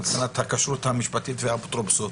מבחינת הכשרות המשפטית והאפוטרופסות,